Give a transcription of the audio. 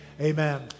Amen